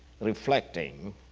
reflecting